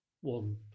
one